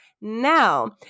Now